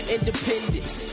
Independence